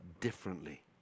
differently